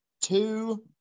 two